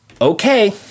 okay